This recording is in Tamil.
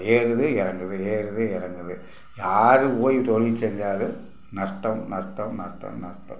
ஏறுது இறங்குது ஏறுது இறங்குது யார் போய் தொழில் செஞ்சாலும் நஷ்டம் நஷ்டம் நட்டம் நட்டம்